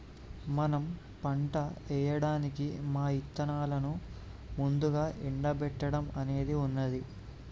మనం పంట ఏయడానికి మా ఇత్తనాలను ముందుగా ఎండబెట్టడం అనేది ఉన్నది